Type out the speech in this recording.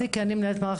הדברים